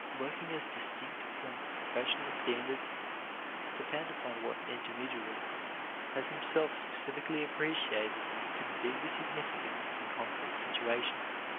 working as distinct from professed standards depend upon what an individual has himself specifically appreciated to be deeply significant in concrete situations.